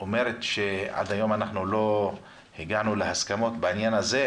אומרת שעד היום לא הגיעו להסכמות בעניין הזה.